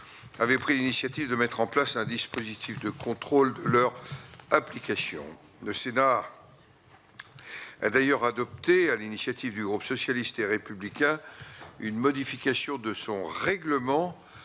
avait pris une initiative de mettre en place un dispositif de contrôle leur application, le Sénat a d'ailleurs adopté à l'initiative du groupe socialiste et républicain, une modification de son règlement